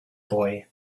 boy